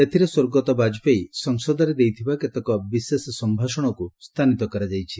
ଏଥିରେ ସ୍ୱର୍ଗତଃ ବାଜପେୟୀ ସଂସଦରେ ଦେଇଥିବା କେତେକ ବିଶେଷ ସଂଭାଷଣକୁ ସ୍ଥାନିତ କରାଯାଇଛି